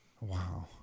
Wow